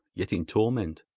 yet in torment